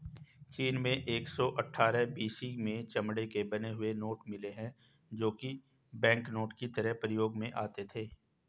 चीन में एक सौ अठ्ठारह बी.सी में चमड़े के बने हुए नोट मिले है जो की बैंकनोट की तरह प्रयोग में आते थे